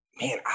man